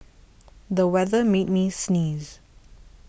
the weather made me sneeze